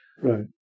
right